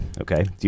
okay